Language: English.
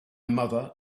mother